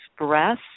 express